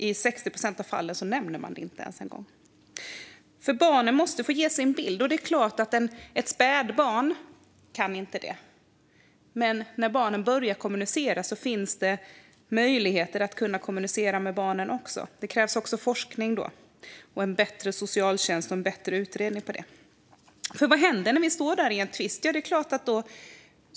I 60 procent av fallen nämns det inte ens. Barnen måste få ge sin bild. Det är klart att ett spädbarn inte kan det. Men när barnen börjar kommunicera finns möjligheter att kommunicera också med barnen. Då krävs forskning, en bättre socialtjänst och en bättre utredning. För vad händer när vi står där i en tvist?